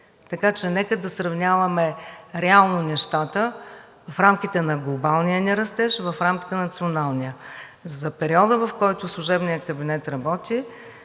Така че нека да сравняваме реално нещата в рамките на глобалния ни растеж, в рамките на националния. За периода, в който служебният кабинет работи